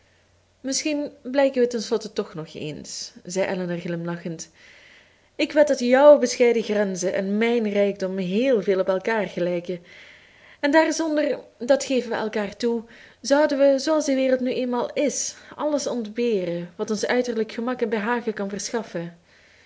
misschien blijken we het ten slotte toch nog eens zei elinor glimlachend ik wed dat jouw bescheiden grenzen en mijn rijkdom heel veel op elkaar gelijken en daarzonder dat geven we elkaar toe zouden we zooals de wereld nu eenmaal is alles ontberen wat ons uiterlijk gemak en behagen kan verschaffen